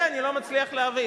את זה אני לא מצליח להבין.